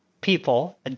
people